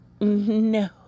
No